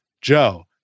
joe